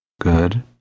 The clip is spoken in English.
Good